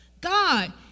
God